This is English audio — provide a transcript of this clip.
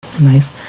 Nice